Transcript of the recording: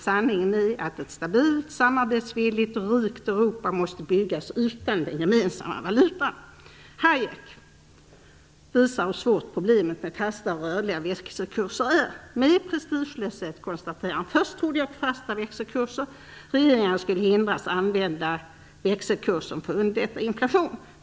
- Sanningen är att ett stabilt, samarbetsvilligt och rikt Europa måste byggas utan den gemensamma valutan". Hayek visar hur svårt problemet med fasta och rörliga växelkurser är. Med prestigelöshet konstaterar han i "Hayek on Hayek" på sidan 150: "Först trodde jag på fasta växelkurser. Regeringarna skulle hindras att använda rörliga växelkurser för att underlätta inflation.